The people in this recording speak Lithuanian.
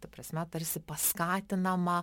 ta prasme tarsi paskatinama